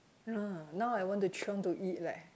uh now I want to chiong to eat leh